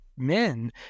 men